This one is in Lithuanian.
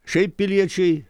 šiaip piliečiai